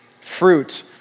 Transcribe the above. fruit